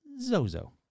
Zozo